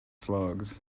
slugs